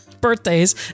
birthdays